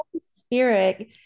Spirit